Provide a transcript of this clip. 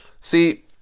See